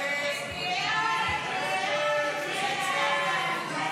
הסתייגות 44 לא